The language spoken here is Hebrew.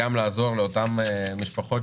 עוד נתון אחד זה פילוח נתונים לפי מחירי הדירות,